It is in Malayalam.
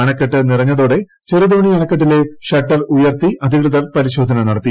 അണക്കെട്ട് നിറഞ്ഞതോടെ ചെറുതോണി അണക്കെട്ടിലെ ഷട്ടർ ഉയർത്തി അധികൃതർ പരിശോധന നടത്തി